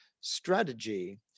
strategy